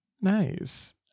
nice